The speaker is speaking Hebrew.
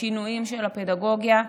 בשינויים של הפדגוגיה,